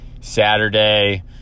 Saturday